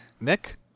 Nick